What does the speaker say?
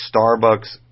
Starbucks